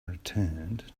returned